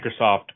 Microsoft